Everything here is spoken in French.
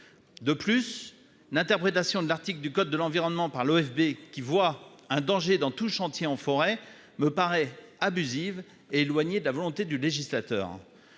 De plus, l'interprétation de l'article du code de l'environnement par l'OFB, qui voit un danger dans tout chantier en forêt, me paraît abusive et éloignée de la volonté du législateur.